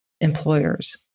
employers